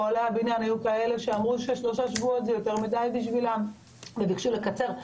היו פועלי בניין שאמרו ששלושה שבועות זה יותר מדיי בשבילם וביקשו לקצר.